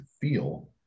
feel